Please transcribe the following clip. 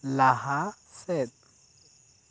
ᱞᱟᱦᱟ ᱥᱮᱫ